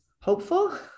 hopeful